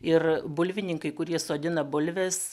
ir bulvininkai kurie sodina bulves